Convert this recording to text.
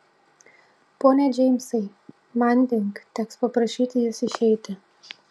pone džeimsai manding teks paprašyti jus išeiti